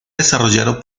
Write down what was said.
desarrollado